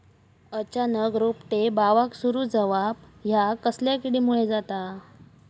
अचानक रोपटे बावाक सुरू जवाप हया कसल्या किडीमुळे जाता?